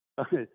Okay